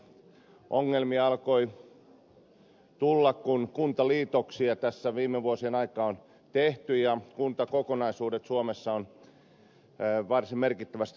ongelmia alkoi tulla kun kuntaliitoksia tässä viime vuosien aikana on tehty ja kuntakokonaisuudet suomessa ovat varsin merkittävästi laajentuneet